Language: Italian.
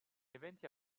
eventi